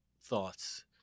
thoughts